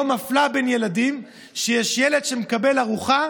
מפלה בין ילדים כשיש ילד שמקבל ארוחה,